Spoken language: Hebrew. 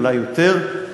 אולי יותר.